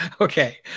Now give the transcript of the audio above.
okay